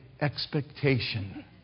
expectation